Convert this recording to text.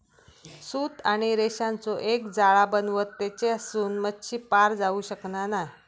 सूत आणि रेशांचो एक जाळा बनवतत तेच्यासून मच्छी पार जाऊ शकना नाय